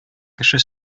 кеше